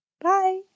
Bye